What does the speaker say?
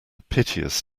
piteous